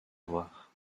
voir